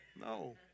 no